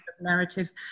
narrative